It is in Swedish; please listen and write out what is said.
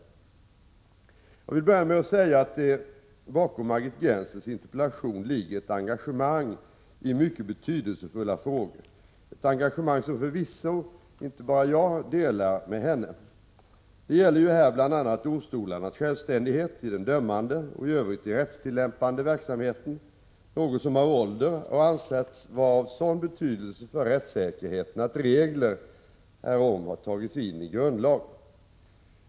Jag vill börja med att säga att det bakom Margit Gennsers interpellation ligger ett engagemang i mycket betydelsefulla frågor, ett engagemang som förvisso inte bara jag delar med henne. Det gäller ju här bl.a. domstolarnas självständighet i den dömande och i övrigt rättstillämpande verksamheten, något som av ålder ansetts vara av sådan betydelse för rättssäkerheten att regler härom tagits in i grundlag.